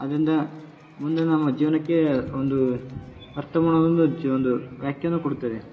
ಆದ್ದರಿಂದ ಮುಂದೆ ನಮ್ಮ ಜೀವನಕ್ಕೆ ಒಂದು ಅರ್ಥ ಒಂದು ಜಿ ಒಂದು ವ್ಯಾಖ್ಯಾನ ಕೊಡುತ್ತದೆ